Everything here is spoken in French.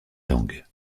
tang